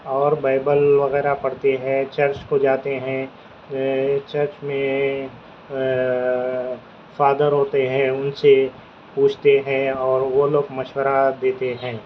اور بائیبل وغیرہ پڑھتے ہیں چرچ کو جاتے ہیں چرچ میں فادر ہوتے ہیں ان سے پوچھتے ہیں اور وہ لوگ مشورہ دیتے ہیں